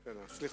וראיתי